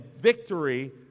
victory